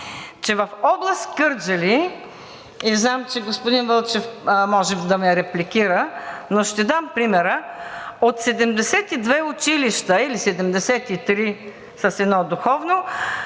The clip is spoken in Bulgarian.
че в област Кърджали – и знам, че господин Вълчев може да ме репликира, но ще дам примера – от 72 училища, или 73 с едно духовно,